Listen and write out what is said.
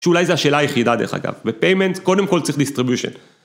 שאולי זו השאלה היחידה דרך אגב וpayment קודם כל צריך distribution